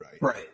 right